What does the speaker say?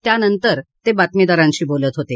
त्यानंतर ते बातमीदारांशी बोलत होते